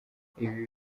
ibi